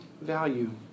value